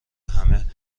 همه